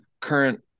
current